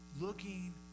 looking